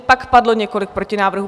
Pak padlo několik protinávrhů.